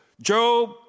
Job